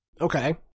Okay